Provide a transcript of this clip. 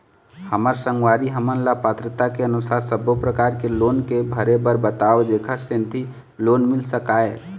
हमर संगवारी हमन ला पात्रता के अनुसार सब्बो प्रकार के लोन के भरे बर बताव जेकर सेंथी लोन मिल सकाए?